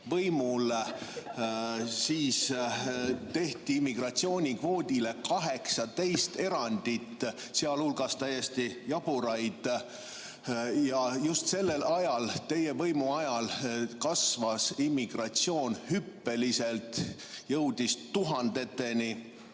võimul, tehti immigratsioonikvoodile 18 erandit, sh täiesti jaburaid, just sellel ajal, teie võimu ajal kasvas immigratsioon hüppeliselt, jõudis tuhandeteni.